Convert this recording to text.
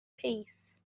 peace